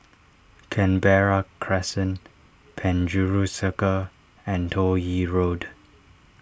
Canberra Crescent Penjuru Circle and Toh Yi Road